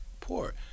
poor